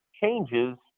changes